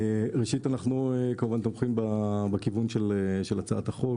ראשית, אנחנו תומכים, כמובן, בכיוון של הצעת החוק.